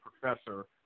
professor